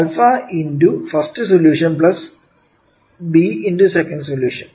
α × first solution b × second solution